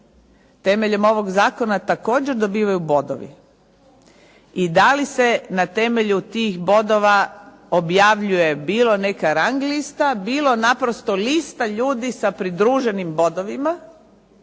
temeljem ovog Zakona također dobivaju bodovi i i da li se na temelju tih bodova objavljuje bilo neka rang lista bilo naprosto lista ljudi sa pridruženim bodovima